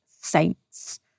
saints